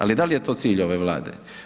Ali da li je to cilj ove Vlade?